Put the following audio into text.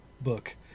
book